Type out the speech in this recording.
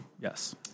Yes